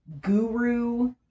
guru